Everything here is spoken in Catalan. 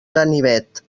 ganivet